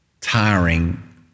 tiring